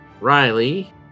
Riley